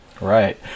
Right